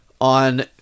on